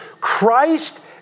Christ